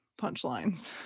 punchlines